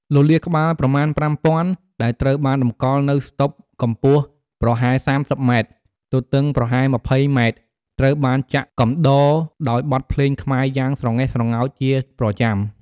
លលាដ៍ក្បាលប្រមាណ ៥ពាន់ ដែលត្រូវបានតម្កល់នៅស្តុបកម្ពស់ប្រហែល ៣០ម៉ែត្រ ទទឹងប្រហែល ២០ម៉ែត្រ ត្រូវបានចាក់កំដរដោយបទភ្លេងខ្មែរយ៉ាងស្រងេះស្រងោចជាប្រចាំ។